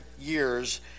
years